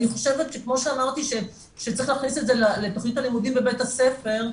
אני חושבת שכמו שאמרתי שצריך להכניס את זה לתכנית הלימודים בבית הספר,